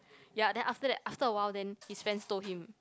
ya then after that after a while then his friends told him